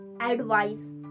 advice